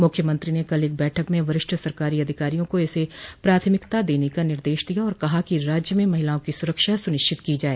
मुख्यमंत्री ने कल एक बैठक में वरिष्ठ सरकारी अधिकारियों को इसे प्राथमिकता देने का निर्देश दिया और कहा कि राज्य में महिलाओं की सुरक्षा सुनिश्चित की जाए